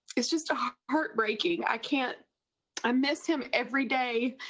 it's just ah heartbreaking. i can't i miss him every day.